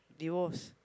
they was